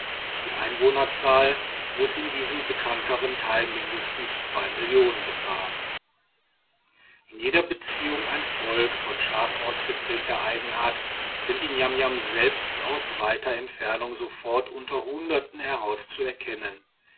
die einwohnerzahl muß in diesem bekanntern teil mindestens zwei millionen betragen in jeder beziehung ein volk von scharf ausgeprägter eigenart sind die niamniam selbst aus weiter entfernung sofort unter hunderten heraus zu erkennen